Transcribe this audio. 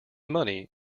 money